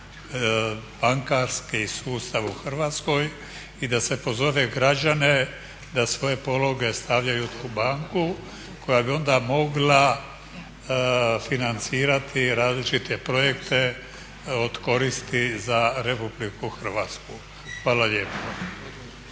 bankarski sustav u Hrvatskoj i da se pozove građane da svoje pologe stavljaju u tu banku koja bi onda mogla financirati različite projekte od koristi za RH. Hvala lijepo.